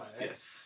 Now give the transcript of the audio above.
Yes